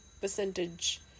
percentage